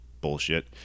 bullshit